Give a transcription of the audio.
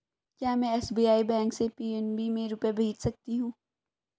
क्या में SBI bank से पी.एन.बी में रुपये भेज सकती हूँ?